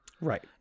Right